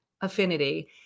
affinity